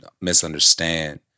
misunderstand